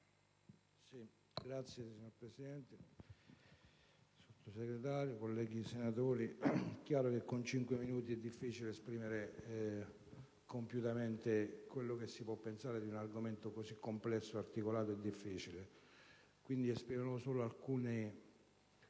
Presidente, onorevole Sottosegretario, colleghi senatori, è chiaro che in cinque minuti è difficile esprimere compiutamente quello che si può pensare di un argomento così complesso, articolato e difficile. Quindi, esprimerò solo alcuni